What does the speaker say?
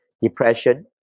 depression